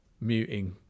muting